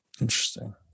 Interesting